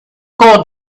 gold